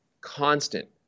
constant